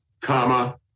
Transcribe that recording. comma